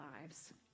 lives